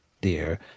dear